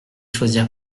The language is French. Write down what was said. choisir